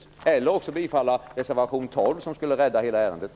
Man kan också bifalla reservation 12, som skulle rädda hela ärendet.